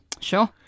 sure